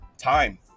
Time